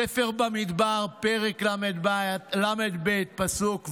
בספר במדבר, פרק ל"ב, פסוק ו':